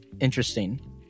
Interesting